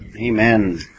Amen